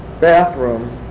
bathroom